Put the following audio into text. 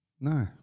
No